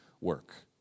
work